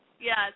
Yes